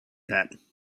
that